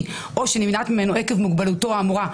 או שנמנע ממנו עקב מוגבלותו האמורה,